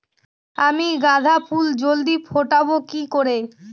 আমি গাঁদা ফুল জলদি ফোটাবো কি করে?